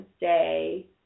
Day